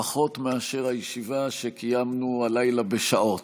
פחות מאשר הישיבה שקיימנו הלילה בשעות.